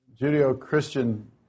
Judeo-Christian